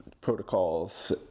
protocols